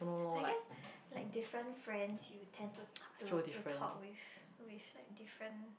I guess like different friends you tend to to to talk with with like different